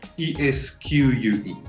E-S-Q-U-E